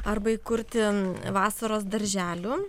arba įkurti vasaros darželių